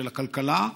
של הכלכלה,